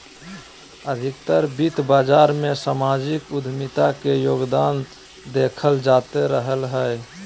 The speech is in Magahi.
अधिकतर वित्त बाजार मे सामाजिक उद्यमिता के योगदान देखल जाते रहलय हें